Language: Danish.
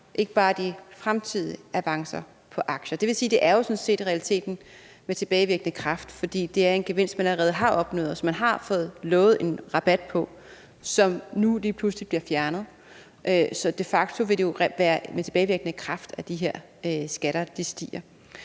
ikke bare de fremtidige avancer på aktier. Det vil sige, at det jo sådan set i realiteten er med tilbagevirkende kraft, fordi det er en gevinst, man allerede har opnået, og som man har fået lovet en rabat på, som nu lige pludselig bliver fjernet. Så de facto vil det jo være med tilbagevirkende kraft, at de her skatter stiger.